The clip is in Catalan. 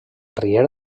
riera